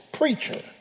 preacher